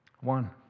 One